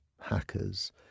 hackers